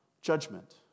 judgment